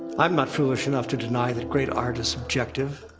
i'm not foolish enough to deny that great art is subjective.